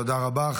תודה רבה.